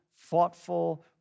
thoughtful